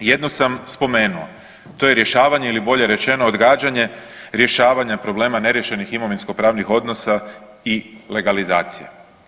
Jednu sam spomenuo, to je rješavanje ili bolje rečeno odgađanje rješavanja problema neriješenih imovinskopravnih odnosa i legalizacija.